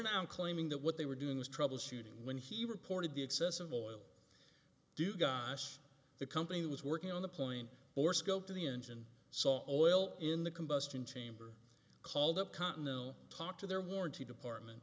now claiming that what they were doing was troubleshooting when he reported the excessive oil do gosh the company was working on the plane or scope to the engine saw oil in the combustion chamber called up continental talk to their warranty department